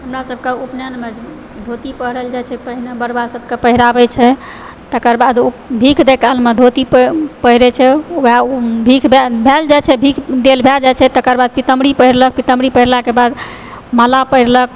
हमरा सभकेँ उपनयनमे धोती पहिरल जाइ छै पहिने बरुआ सभके पहिराबय छै तकर बाद भीख दय कालमे ओ धोती पहिरय छै वयह भीख देल जाइ छै भीख देल भए जाइ छै तकर बाद पीताम्बरी पहिरलक पीतांबरी पहिरलाके बाद माला पहिरलक